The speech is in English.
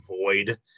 void